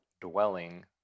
dwelling